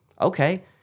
okay